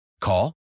Call